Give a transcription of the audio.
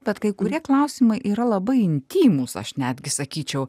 bet kai kurie klausimai yra labai intymūs aš netgi sakyčiau